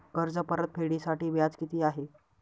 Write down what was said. कर्ज परतफेडीसाठी व्याज किती आहे?